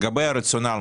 לגבי הרציונל,